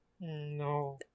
No